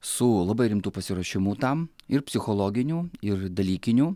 su labai rimtu pasiruošimu tam ir psichologiniu ir dalykiniu